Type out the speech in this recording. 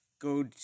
go